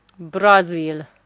Brazil